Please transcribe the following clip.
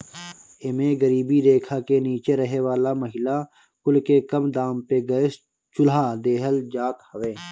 एमे गरीबी रेखा के नीचे रहे वाला महिला कुल के कम दाम पे गैस चुल्हा देहल जात हवे